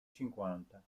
cinquanta